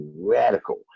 radical